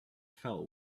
fell